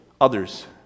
others